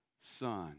son